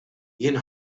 jien